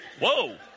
whoa